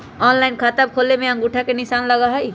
Online खाता खोले में अंगूठा के निशान लगहई?